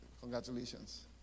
congratulations